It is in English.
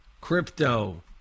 crypto